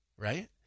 right